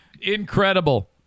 Incredible